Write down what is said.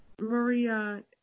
Maria